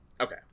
Okay